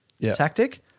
tactic